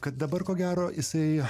kad dabar ko gero jisai